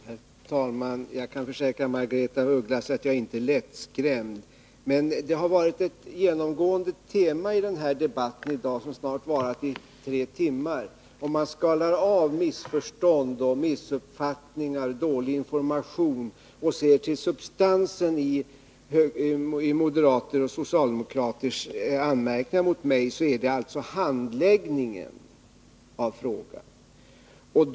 Herr talman! Jag kan försäkra Margaretha af Ugglas att jag inte är lättskrämd. Men om man skalar av missförstånd, missuppfattningar och dålig information och ser till substansen i moderaters och socialdemokraters anmärkningar mot mig i denna debatt, finner man att ett genomgående tema är att anmärkningarna gäller handläggningen av frågan.